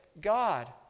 God